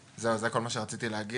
זהו זה מה שרציתי להגיד,